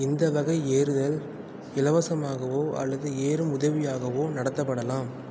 இந்த வகை ஏறுதல் இலவசமாகவோ அல்லது ஏறும் உதவியாகவோ நடத்தப்படலாம்